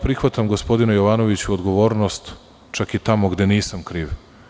Prihvatam gospodine Jovanoviću ja odgovornost čak i tamo gde nisam kriv.